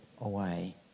away